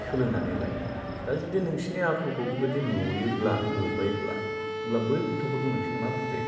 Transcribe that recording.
सोलोंनानै लायो दा जुदि नोंसि आखलखौ बेबादि नुयोब्ला नुबायब्ला अब्ला बै गथ'फोरखौ नोंसोर मा बुजायगोन